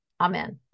Amen